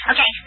Okay